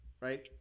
right